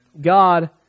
God